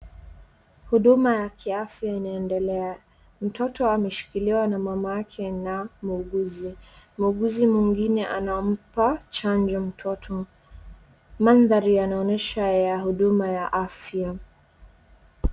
Huduma ya kiafya inaendelea. Mtoto ameshikiliwa na mamake na muuguzi. Muuguzi mwingine anampa chajo mtoto. Maadhali yanaonyesha ya huduma ya afya.